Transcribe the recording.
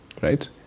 right